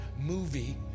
movie